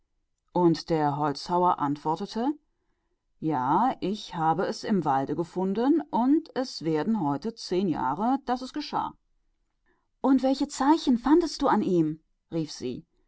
und der holzfäller antwortete ja im walde hab ich es gefunden und heute sind es zehn jahre her und was für zeichen fandest du bei ihm rief sie